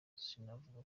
sinavuga